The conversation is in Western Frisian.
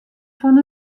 fan